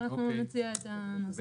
אבל אנחנו נציג את הנוסח.